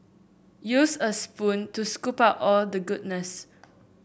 use a spoon to scoop out all the goodness